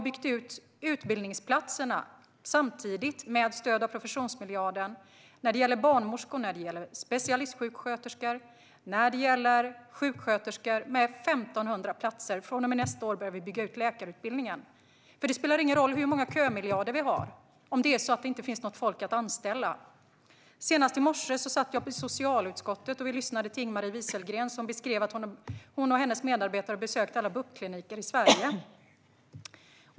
Vi har med stöd av professionsmiljarden byggt ut utbildningsplatserna för barnmorskor, specialistsjuksköterskor och sjuksköterskor med 1 500 platser. Från och med nästa år börjar vi också att bygga ut läkarutbildningen. Det spelar nämligen ingen roll hur många kömiljarder vi har om det inte finns folk att anställa. Senast i morse satt jag i socialutskottet och lyssnade på Ing-Marie Wieselgren, som beskrev hur hon och hennes medarbetare har besökt alla BUP-kliniker i Sverige.